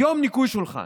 יום ניקוי שולחן.